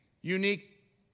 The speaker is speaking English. unique